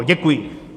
Děkuji.